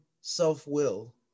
self-will